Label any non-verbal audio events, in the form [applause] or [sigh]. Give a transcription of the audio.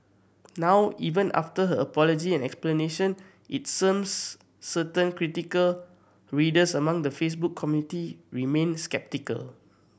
now even after her apology and explanation it [unintelligible] certain critical readers among the Facebook community remained sceptical